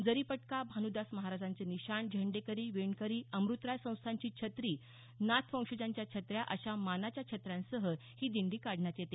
जरी पटका भानुदास महाराजांचे निशाण झेंडेकरी विणकरी अमृतराय संस्थांची छत्री नाथवंशजांच्या छत्र्या अशा मानाच्या छत्र्यांसह ही दिंडी काढण्यात येते